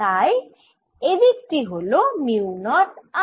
তাই এদিক টি হল মিউ নট I